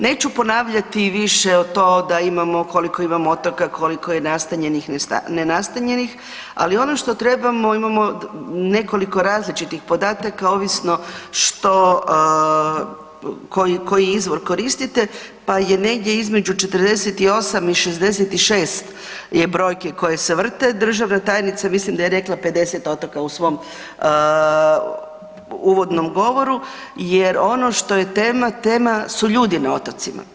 Neću ponavljati više to da imamo koliko imamo otoka, koliko je nastanjenih, nenastanjenih ali ono što trebamo, imamo nekoliko različitih podataka ovisno što, koji izvor koristite pa je negdje između 48 i 66 je brojke koje se vrte, državna tajnica mislim da je rekla 50 otoka u svom uvodnom govoru jer ono što je tema, tema su ljudi na otocima.